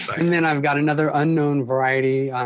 and then i've got another unknown variety,